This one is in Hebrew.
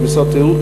כמשרד התיירות,